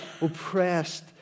oppressed